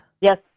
Yes